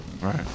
Right